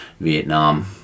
Vietnam